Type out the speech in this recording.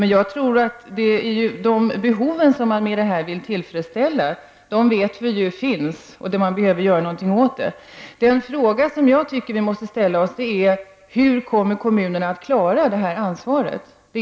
Men vi vet att de behov som man med detta förslag vill tillgodose finns och att man behöver göra någonting åt problemen. Den fråga som jag tycker att vi måste ställa oss är denna: Hur kommer kommunerna att kunna klara det här ansvaret?